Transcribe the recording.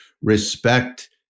respect